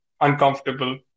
uncomfortable